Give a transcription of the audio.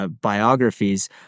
Biographies